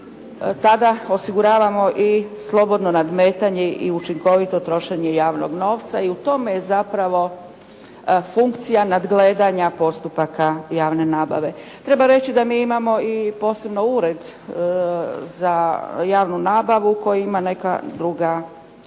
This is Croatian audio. tada osiguravamo i slobodno nadmetanje i učinkovito trošenje javnog novca i u tome je zapravo funkcija nadgledanja postupaka javne nabave. Treba reći da mi imamo i posebno Ured za javnu nabavu koji ima neka druga, ima